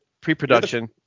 Pre-production